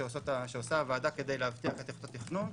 שעושה הוועדה כדי להבטיח את איכות התכנון,